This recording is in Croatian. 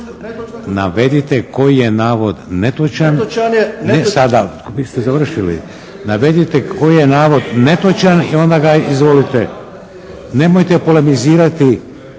Navedite koji je navod netočan i onda ga izvolite, nemojte polemizirati,